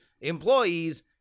employees